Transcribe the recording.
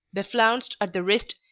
beflounced at the wrist,